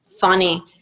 funny